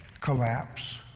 collapse